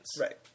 Right